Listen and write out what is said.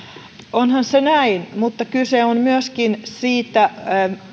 onhan se näin mutta kyse on myöskin siitä